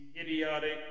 idiotic